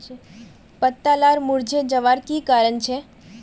पत्ता लार मुरझे जवार की कारण छे?